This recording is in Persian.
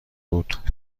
بود